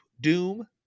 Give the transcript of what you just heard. Doom